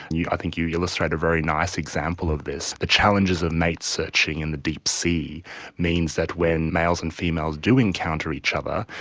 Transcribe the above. and i think you illustrated a very nice example of this. the challenges of mate searching in the deep sea means that when males and females do encounter each other,